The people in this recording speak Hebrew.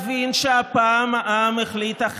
אם רק היית מזיז את עצמך לטובת אחד מהחברים במפלגתך.